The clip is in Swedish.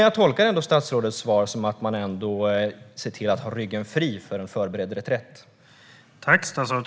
Jag tolkar ändå statsrådets svar som att man ser till att ha ryggen fri för en förberedd reträtt.